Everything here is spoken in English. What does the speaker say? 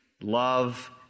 love